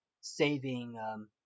saving